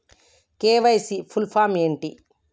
KYC full form ఏంటి?